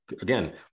again